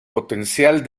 potencial